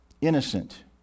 innocent